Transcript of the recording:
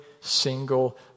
single